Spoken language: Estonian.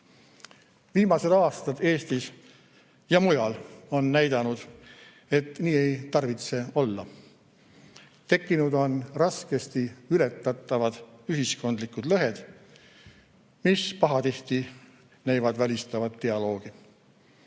Viimased aastad Eestis ja mujal on näidanud, et nii ei tarvitse olla – tekkinud on raskesti ületatavad ühiskondlikud lõhed, mis pahatihti näivad välistavat dialoogi.